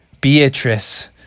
Beatrice